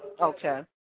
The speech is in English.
okay